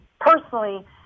personally